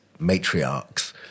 matriarchs